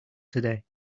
today